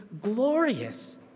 glorious